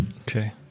Okay